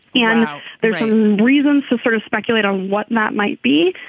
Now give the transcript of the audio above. yeah you know there's some reasons to sort of speculate on what that might be.